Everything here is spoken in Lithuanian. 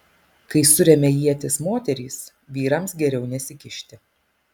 kai suremia ietis moterys vyrams geriau nesikišti